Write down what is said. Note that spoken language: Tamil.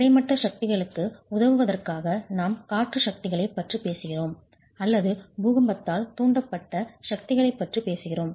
கிடைமட்ட சக்திகளுக்கு உதவுவதற்காக நாம் காற்று சக்திகளைப் பற்றி பேசுகிறோம் அல்லது பூகம்பத்தால் தூண்டப்பட்ட சக்திகளைப் பற்றி பேசுகிறோம்